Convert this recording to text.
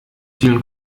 vielen